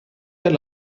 per